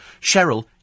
Cheryl